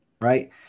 right